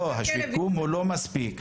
השיקום הוא לא מספיק.